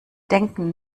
denken